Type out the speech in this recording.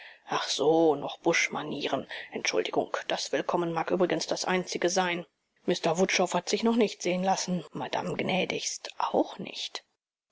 ach so noch buschmanieren entschuldigung das willkommen mag übrigens das einzige sein mr wutschow hat sich noch nicht sehen lassen madame gnädigst auch nicht